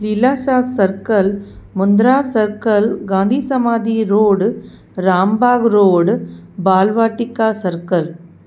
Lilashah circle Mundra circle Gandhi Samadhi road Ram Bagh road Bal Vatika circle